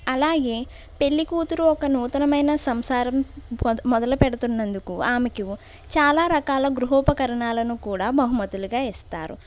అలాగే పెళ్ళికూతురు ఒక నూతనమైన సంసారం మొ మొదలు పెడుతున్నందుకు ఆమెకు చాలా రకాల గృహోపకరణాలను కూడా బహుమతులుగా ఇస్తారు